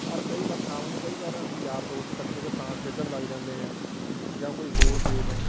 ਔਰ ਕਈ ਵਾਰ ਸ਼ਾਮ ਨੂੰ ਕਈ ਵਾਰ ਅਸੀਂ ਯਾਰ ਦੋਸਤ ਇਕੱਠੇ ਹੋ ਕੇ ਤਾਂਸ਼ ਖੇਡਣ ਲੱਗ ਜਾਂਦੇ ਹਾਂ ਜਾਂ ਕੋਈ ਹੋਰ ਗੇਮ